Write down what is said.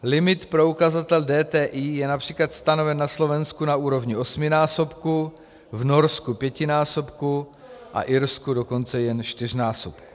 Limit pro ukazatel DTI je například stanoven na Slovensku na úrovni osminásobku, v Norsku pětinásobku a v Irsku dokonce jen čtyřnásobku.